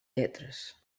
lletres